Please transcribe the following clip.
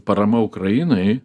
parama ukrainai